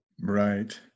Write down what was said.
right